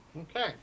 okay